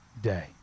day